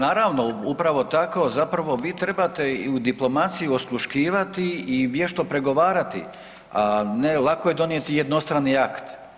Pa naravno, upravo tako, zapravo vi trebate i u diplomaciji osluškivati i vješto pregovarati, a ne, lako je donijeti jednostrani akt.